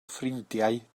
ffrindiau